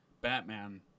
Batman